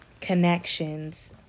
connections